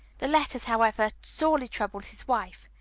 the letters, however, sorely troubled his wife.